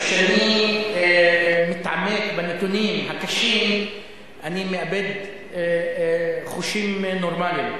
כשאני מתעמק בנתונים הקשים אני מאבד חושים נורמליים.